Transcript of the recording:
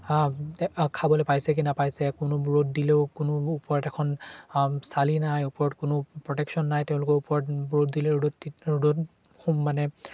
খাবলে পাইছে কি নাপাইছে কোনো ৰ'দ দিলেও কোনো ওপৰত এখন চালি নাই ওপৰত কোনো প্ৰটেকশ্যন নাই তেওঁলোকৰ ওপৰত ৰ'দ দিলে ৰ'দত ৰ'দত মানে